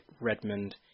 Redmond